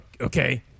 Okay